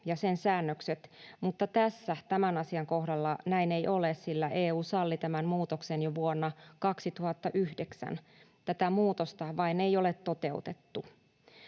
ja sen säännökset, mutta tämän asian kohdalla näin ei ole, sillä EU salli tämän muutoksen jo vuonna 2009. Tätä muutosta vain ei ole toteutettu.